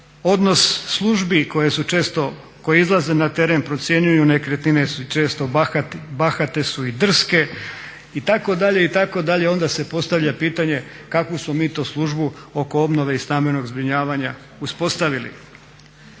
odnos službi koje izlaze na teren procjenjuju nekretnine su često bahate i drske itd., itd. Ona se postavlja pitanje kakvu smo mi to službu oko obnove i stambenog zbrinjavanja uspostavili?